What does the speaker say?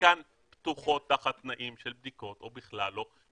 שחלקן פתוחות תחת תנאים של בדיקות או בכלל לא,